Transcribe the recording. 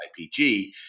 IPG